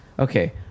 okay